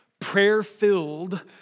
prayer-filled